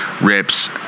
rips